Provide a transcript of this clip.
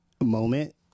moment